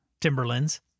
Timberlands